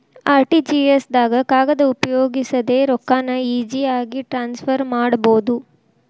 RTGS ದಾಗ ಕಾಗದ ಉಪಯೋಗಿಸದೆ ರೊಕ್ಕಾನ ಈಜಿಯಾಗಿ ಟ್ರಾನ್ಸ್ಫರ್ ಮಾಡಬೋದು